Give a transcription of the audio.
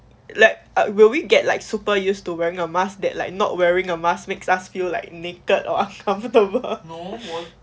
like will we get like super used to wearing a mask that like not wearing a mask makes us feel like naked or uncomfortable